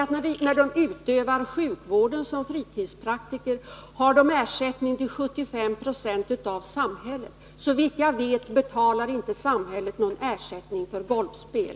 Det är bara det att när de som fritidspraktiker utövar sjukvård har de till 75 96 ersättning av samhället. Såvitt jag vet betalar inte samhället någon ersättning för golfspel.